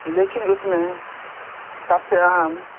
لیکن اس میں سب سے اہم